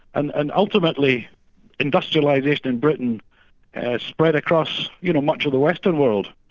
and and ultimately industrialisation in britain spread across you know much of the western world.